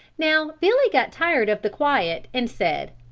now billy got tired of the quiet and said,